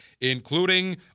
including